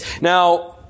Now